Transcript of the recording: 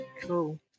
cool